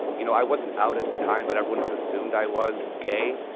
you know, i wasn't out at the time. but everyone just assumed i was gay,